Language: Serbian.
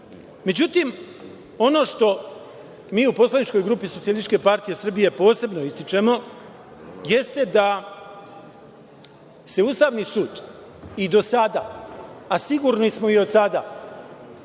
Međutim, ono što mi u poslaničkoj grupi SPS posebno ističemo jeste da se Ustavni sud i do sada, a sigurni smo i od sada,